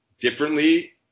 differently